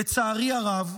לצערי הרב,